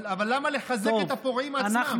אבל למה לחזק את הפורעים עצמם?